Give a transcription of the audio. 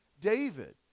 David